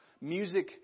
Music